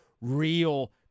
real